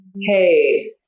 Hey